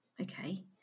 Okay